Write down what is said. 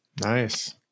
Nice